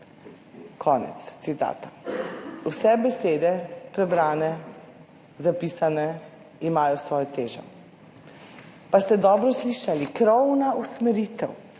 konec citata. Vse besede, prebrane, zapisane, imajo svojo težo. Pa ste dobro slišali, krovna usmeritev.